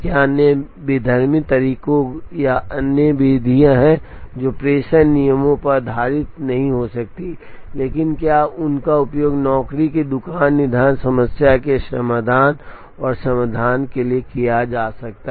क्या अन्य विधर्मी तरीके या अन्य विधियां हैं जो प्रेषण नियमों पर आधारित नहीं हो सकती हैं लेकिन क्या उनका उपयोग नौकरी की दुकान निर्धारण समस्या के समाधान और समाधान के लिए किया जा सकता है